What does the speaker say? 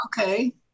Okay